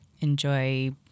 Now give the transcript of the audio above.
enjoy